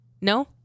No